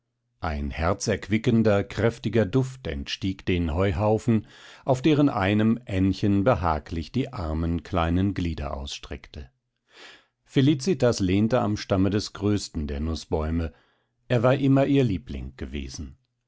ein herzerquickender kräftiger duft entstieg dem heuhaufen auf deren einem aennchen behaglich die armen kleinen glieder ausstreckte felicitas lehnte am stamme des größten der nußbäume er war immer ihr liebling gewesen